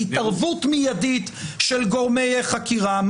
בהתערבות מיידית של גורמי חקירה,